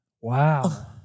Wow